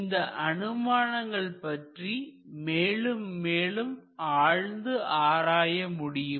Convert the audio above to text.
இந்த அனுமானங்கள் பற்றி மேலும் மேலும் ஆழ்ந்து ஆராய முடியும்